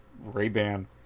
ray-ban